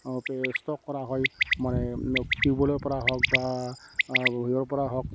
stock কৰা হয় মই টিউবৱেলৰ পৰা হওক বা হেৰিৰ পৰা হওক